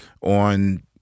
on